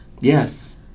Yes